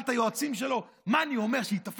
הוא שאל את היועצים שלו: מה אני אומר שייתפס,